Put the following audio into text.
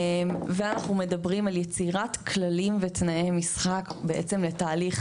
ואנחנו מדברים על יצירת כללים ותנאי משחק בעצם לתהליך